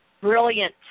brilliant